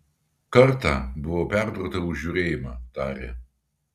kartą buvau perdurta už žiūrėjimą tarė